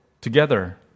together